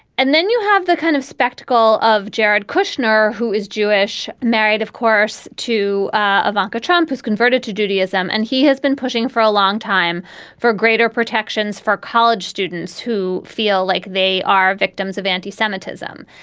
and then you have the kind of spectacle of jared kushner, who is jewish, married, of course, to ah ivanka trump, has converted to judaism, and he has been pushing for a long time for greater protections for college students who feel like they are victims of anti-semitism.